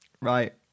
Right